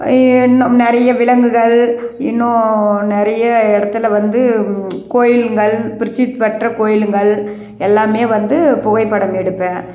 இன்னும் நிறைய விலங்குகள் இன்னும் நிறைய இடத்துல வந்து கோயில்கள் பிரிசித்தி பெற்ற கோயிலுகள் எல்லாமே வந்து புகைப்படம் எடுப்பேன்